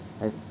has